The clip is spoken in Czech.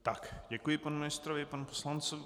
Tak, děkuji panu ministrovi, panu poslanci.